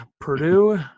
Purdue